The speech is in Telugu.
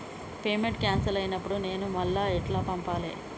పేమెంట్ క్యాన్సిల్ అయినపుడు నేను మళ్ళా ఎట్ల పంపాలే?